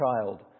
child